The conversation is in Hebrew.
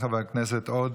חד"ש-תע"ל,